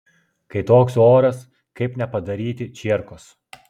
kai toks oras kaip nepadaryti čierkos